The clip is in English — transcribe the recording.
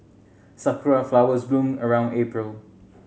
sakura flowers bloom around April